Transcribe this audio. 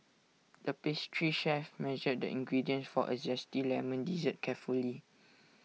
the pastry chef measured the ingredients for A Zesty Lemon Dessert carefully